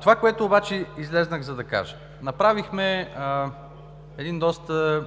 Това, което обаче излязох, за да кажа: направихме един доста